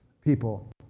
people